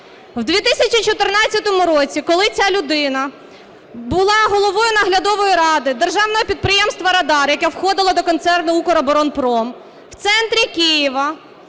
В 2014 році, коли ця людина була головою наглядової ради Державного підприємства "Радар", яке входило до концерну "Укроборонпром", в центрі Києва,